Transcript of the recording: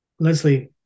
Leslie